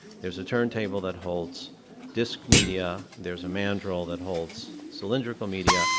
there's a turntable that holds disc media. there's a mandrel that holds cylindrical media.